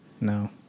No